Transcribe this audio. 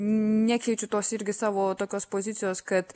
nekeičiu tos irgi savo tokios pozicijos kad